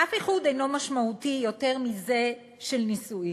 אף איחוד אינו משמעותי יותר מזה של נישואים,